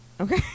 Okay